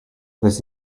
this